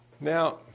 Now